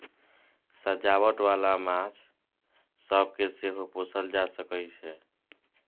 सजावट बाला माछ सब केँ सेहो पोसल जा सकइ छै